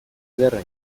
ederra